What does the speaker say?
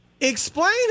Explain